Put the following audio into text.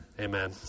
Amen